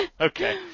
Okay